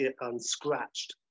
unscratched